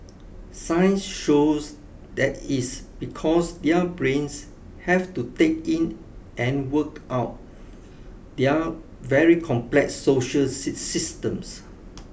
science shows that is because their brains have to take in and work out their very complex social systems